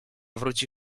wróci